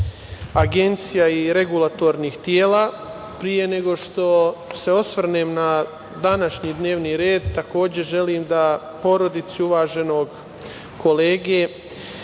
agencija i regulatornih tela, pre nego što se osvrnem na današnji dnevni red, takođe, želim da porodici uvaženog kolege,